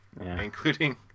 including